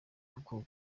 uko